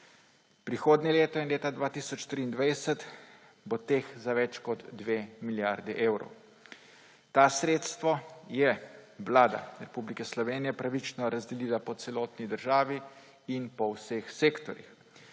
Prihodnje leto in leta 2023 bo teh za več kot 2 milijardi evrov. Ta sredstva je Vlada Republike Slovenije pravično razdelila po celotni državi in po vseh sektorjih.